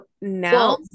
now